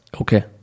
Okay